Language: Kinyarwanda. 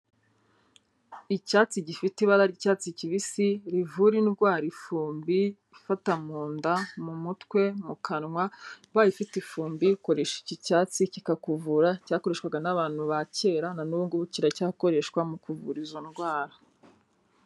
Icyatsi gifite ibara ry'icyatsi kibisi, rivura indwara ifumbi ifata mu nda, mu mutwe, mu kanwa, ubaye ufite ifumbi gukoresha iki cyatsi kikakuvura, cyakoreshwaga n'abantu ba kera na n'ubu ngubu kiracyakoreshwa mu kuvura izo ndwara.